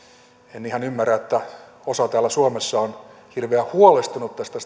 en ihan ymmärrä että osa täällä suomessa on hirveän huolestuneita tästä